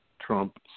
Trump